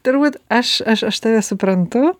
turbūt aš aš aš tave suprantu